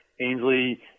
Ainsley